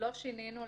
לא שינינו.